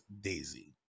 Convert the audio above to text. Daisy